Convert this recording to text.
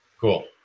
Cool